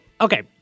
okay